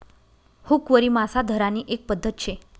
हुकवरी मासा धरानी एक पध्दत शे